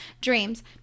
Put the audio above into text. dreams